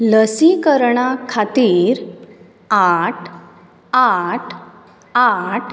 लसिकरणा खातीर आठ आठ आठ